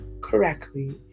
correctly